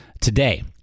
today